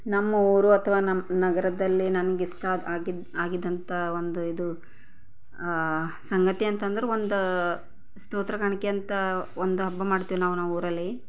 ನಮ್ಮ ಊರು ಅಥವಾ ನಮ್ಮ ನಗರದಲ್ಲಿ ನನ್ಗೆ ಇಷ್ಟ ಆಗಿದ್ದು ಆಗಿದ್ದಂಥ ಒಂದು ಇದು ಸಂಗತಿ ಅಂತಂದ್ರೆ ಒಂದು ಸ್ತೋತ್ರ ಕಾಣಿಕೆ ಅಂತ ಒಂದು ಹಬ್ಬ ಮಾಡ್ತೇವೆ ನಾವು ಊರಲ್ಲಿ